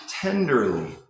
tenderly